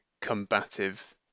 combative